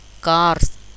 cars